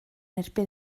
erbyn